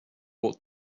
what